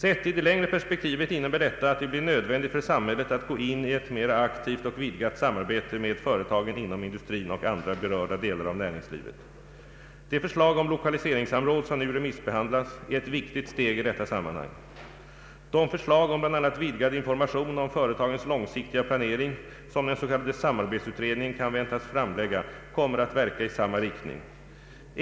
Sett i det längre perspektivet innebär detta att det blir nödvändigt för samhället att gå in i ett mer aktivt och vidgat samarbete med företagen inom industrin och andra berörda delar av näringslivet. Det förslag om lokaliseringssamråd som nu remissbehandlas är ett viktigt steg i detta sammanhang. De förslag om bl.a. vidgad information om företagens långsiktiga planering som den s.k. samarbetsutredningen kan väntas framlägga kommer att verka i samma riktning.